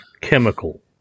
chemical